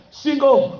single